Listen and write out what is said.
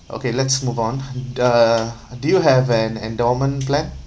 okay let's move on uh do you have an endowment plan